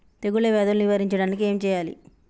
తెగుళ్ళ వ్యాధులు నివారించడానికి ఏం చేయాలి?